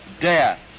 death